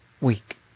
week